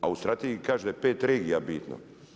A u strategiji kaže pet regija je bitno.